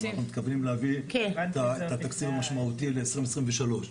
ואנחנו מתכוונים להביא את התקציב המשמעותי ל-2023.